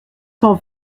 cent